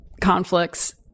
conflicts